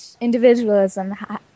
individualism